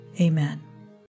Amen